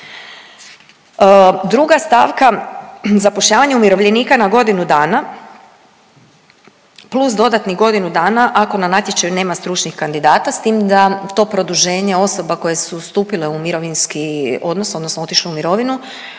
Druga stavka, zapošljavanje umirovljenika na godinu dana plus dodatnih godinu dana ako na natječaju nema stručnih kandidata, s tim da to produženje osoba koje su stupile u mirovinski odnos, odnosno otišle u mirovinu